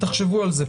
תחשבו על זה.